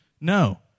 No